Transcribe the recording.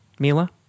Mila